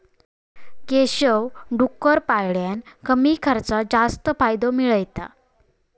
केशव डुक्कर पाळान कमी खर्चात जास्त फायदो मिळयता